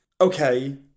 Okay